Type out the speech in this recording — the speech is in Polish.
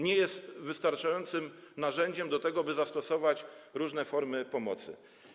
Nie jest wystarczającym narzędziem do tego, by zastosować różne formy pomocy.